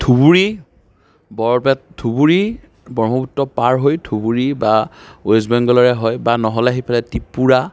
ধুবুৰী বৰপেট ধুবুৰী ব্ৰহ্মপুত্ৰ পাৰ হৈ ধুবুৰী বা ৱেষ্ট বেংগলৰে হৈ বা নহ'লে সেইফালে ত্ৰিপুৰা